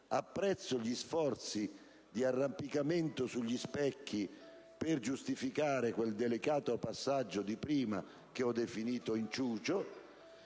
Apprezzo gli sforzi di arrampicamento sugli specchi per giustificare quel delicato passaggio di prima, che ho definito inciucio,